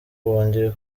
wongeye